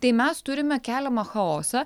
tai mes turime keliamą chaosą